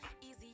Easy